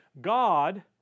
God